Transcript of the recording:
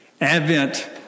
Advent